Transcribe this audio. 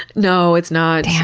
no, it's not.